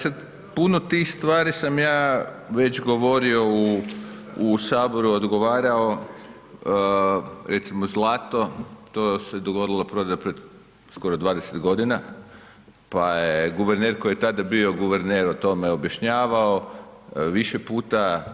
Sad puno tih stvari sam ja već govorio u Saboru, odgovarao, recimo zlato to se dogodila prodaja pred skoro 20 godina, pa je guverner koji je tada bio guverner o tome objašnjavao više puta.